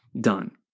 done